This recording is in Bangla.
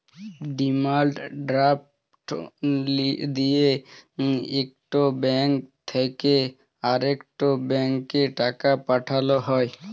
ডিমাল্ড ড্রাফট দিঁয়ে ইকট ব্যাংক থ্যাইকে আরেকট ব্যাংকে টাকা পাঠাল হ্যয়